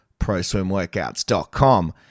proswimworkouts.com